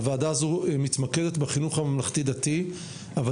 הוועדה הזאת מתמקדת בחינוך הממלכתי דתי אבל